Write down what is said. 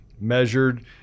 measured